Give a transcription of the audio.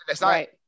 right